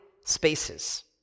spaces